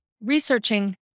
researching